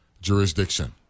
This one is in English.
jurisdiction